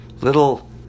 little